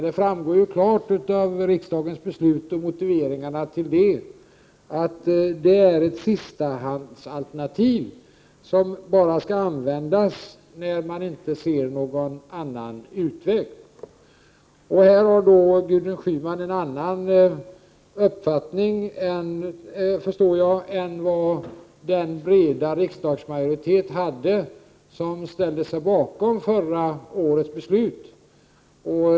Det framgår klart av riksdagens beslut och motiveringarna till dem att det är ett sistahandsalternativ, som skall användas bara när man inte ser någon annan utväg. Här har Gudrun Schyman en annan uppfattning, förstår jag, än den breda riksdagsmajoritet som ställde sig bakom förra årets beslut.